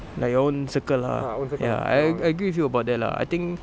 like your own circle lah ya I a~ I agree with you about that lah I think